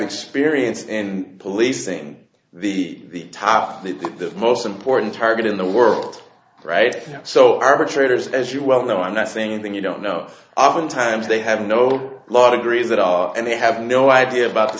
experience in policing the top of the most important target in the world right now so arbitrators as you well know i'm not saying anything you don't know oftentimes they have no lot agrees that are and they have no idea about the